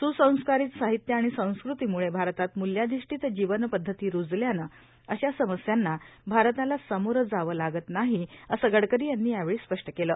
सुसंस्कारीत साहित्य आणि संस्कृती मुळे भारतात मूल्याधिष्ठित जीवनपद्धती रुजल्यानं अशा समस्यांना भारताला सामोरे जावे ला त नाही असं डकरी यांनी यावेळी स्पष्ट केलं